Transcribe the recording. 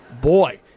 boy